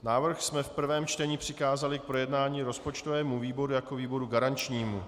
Návrh jsme v prvém čtení přikázali k projednání rozpočtovému výboru jako výboru garančnímu.